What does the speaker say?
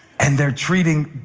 and they're treating